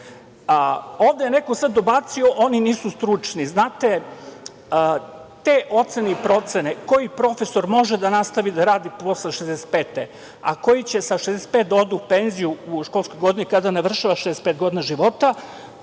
je neko sad dobacio - oni nisu stručni. Znate, te ocene i procene koji profesor može da nastavi da radi posle 65. godine a koji će sa 65 da ode u penziju u školskoj godini kada navršava 65 godina života